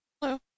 Hello